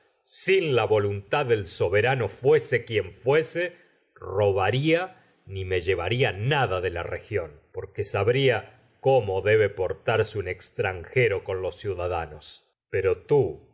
sin la voluntad robaría ni cómo pero debe me del soberano fuese quien fuese llevaría nada de la región con porque sabría portarse que un extranjero merezca los ciudadanos a tú